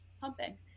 pumping